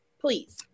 Please